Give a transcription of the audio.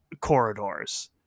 corridors